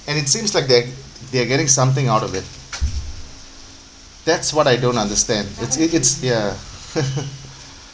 and it seems like they they're getting something out of it that's what I don't understand it it it's ya